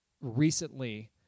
recently